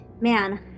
man